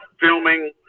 filming